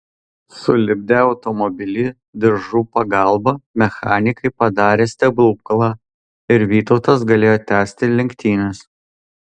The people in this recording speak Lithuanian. sulipdę automobilį diržų pagalbą mechanikai padarė stebuklą ir vytautas galėjo tęsti lenktynes